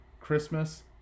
Christmas